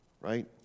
Right